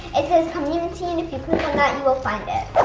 it says community and if you click on that you will find it.